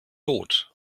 lot